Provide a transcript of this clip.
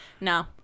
no